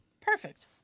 Perfect